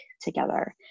together